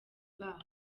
baho